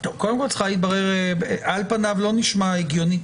על פניו זה לא נשמע הגיוני.